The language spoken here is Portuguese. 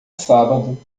sábado